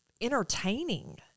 entertaining